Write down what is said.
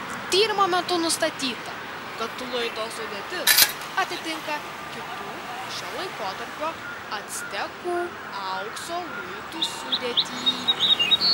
tyrimo metu nustatyta kad luito sudėtis atitinka kitų šio laikotarpio actekų aukso luitų sudėtį